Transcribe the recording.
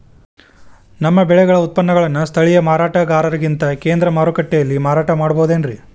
ನಮ್ಮ ಬೆಳೆಗಳ ಉತ್ಪನ್ನಗಳನ್ನ ಸ್ಥಳೇಯ ಮಾರಾಟಗಾರರಿಗಿಂತ ಕೇಂದ್ರ ಮಾರುಕಟ್ಟೆಯಲ್ಲಿ ಮಾರಾಟ ಮಾಡಬಹುದೇನ್ರಿ?